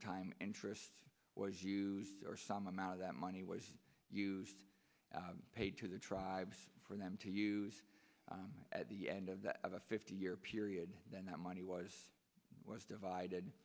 of time interest was used or some amount of that money was used paid to the tribes for them to use at the end of that a fifty year period then that money was was divided